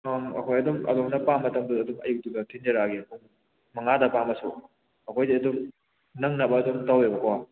ꯑꯪ ꯑꯩꯈꯣꯏ ꯑꯗꯨꯝ ꯑꯗꯣꯝꯅ ꯄꯥꯝꯕ ꯃꯇꯝꯗꯨꯗ ꯑꯗꯨꯝ ꯑꯌꯨꯛꯇꯨꯗ ꯊꯤꯟꯖꯔꯛꯑꯒꯦ ꯃꯉꯥꯗ ꯄꯥꯝꯃꯁꯨ ꯑꯩꯈꯣꯏꯗꯤ ꯑꯗꯨꯝ ꯅꯪꯅꯕ ꯑꯗꯨꯝ ꯇꯧꯏꯕꯀꯣ